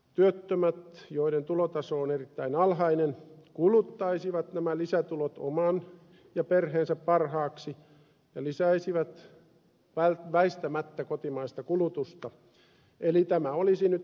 työttömät joiden tulotaso on erittäin alhainen kuluttaisivat nämä lisätulot oman ja perheensä parhaaksi ja lisäisivät väistämättä kotimaista kulutusta eli tämä olisi nyt tehokasta elvytystä